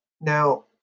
Now